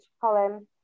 Colin